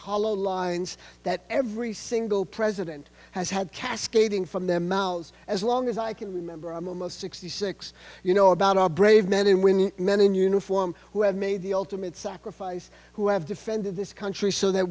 hollow lines that every single president has had cascading from their mouths as long as i can remember i'm almost sixty six you know about our brave men and women and men in uniform who have made the ultimate sacrifice who have defended this country so that